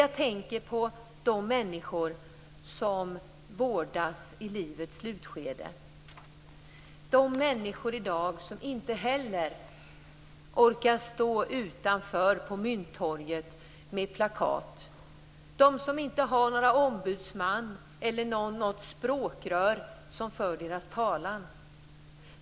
Jag tänker också på de människor som vårdas i livets slutskede. De orkar inte heller stå utanför på Mynttorget med plakat, och de har inte någon ombudsman eller något språkrör som för deras talan.